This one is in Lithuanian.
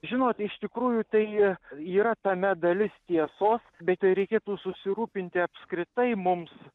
žinot iš tikrųjų tai yra tame dalis tiesos bet reikėtų susirūpinti apskritai mums